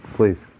Please